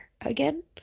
again